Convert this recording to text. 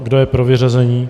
Kdo je pro vyřazení?